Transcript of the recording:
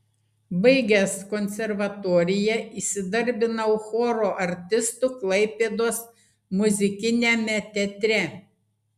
baigęs konservatoriją įsidarbinau choro artistu klaipėdos muzikiniame teatre